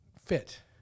fit